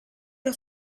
che